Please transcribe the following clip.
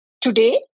Today